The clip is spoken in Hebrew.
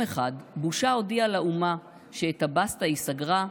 אחד בושה הודיעה לאומה / שאת הבסטה היא סגרה,